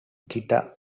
guitar